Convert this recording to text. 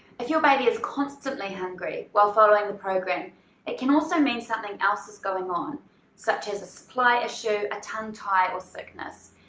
if your baby is constantly hungry while following the program it can also mean something else is going on such as a supply issue, a tongue tie or sickness.